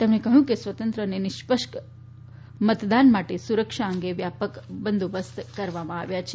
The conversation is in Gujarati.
તેમણે કહ્યું કે સ્વતંત્ર અને નિષ્યક્ષ મતદાન માટે સુરક્ષા અંગે વ્યાપક બંદોબસ્ત કરવામાં આવ્યો છે